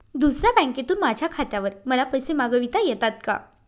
दुसऱ्या बँकेतून माझ्या खात्यावर मला पैसे मागविता येतात का?